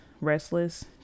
restless